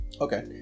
okay